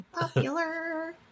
Popular